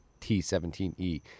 t17e